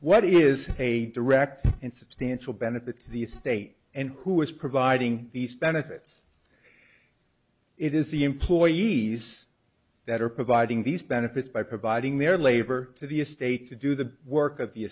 what is a direct and substantial benefit to the state and who is providing these benefits it is the employees that are providing these benefits by providing their labor to the estate to do the work of the